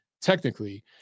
technically